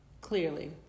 Clearly